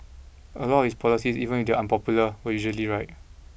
a lot of his policies even if they unpopular were usually right